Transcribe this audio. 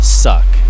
suck